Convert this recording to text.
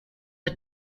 are